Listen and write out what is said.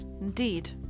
Indeed